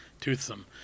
Toothsome